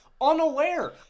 unaware